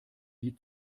die